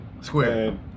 Square